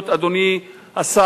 תשתיות, אדוני השר,